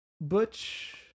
Butch